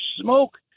smoke